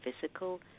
physical